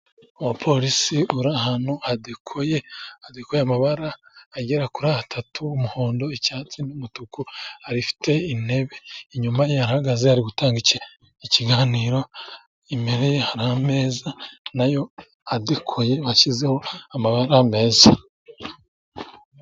Umuporisi uri ahantu hadekoye, hadekoye amabara agera kuri atatu, umuhondo, icyatsi n'umutuku, ufite intebe, inyuma ye arahagaze, ari gutanga ikiganiro, imbere hari ameza nayo adekoye, bashyizeho amabara meza.